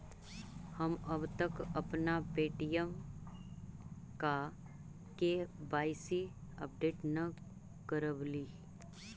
हम अब तक अपना पे.टी.एम का के.वाई.सी अपडेट न करवइली